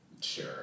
Sure